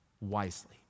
wisely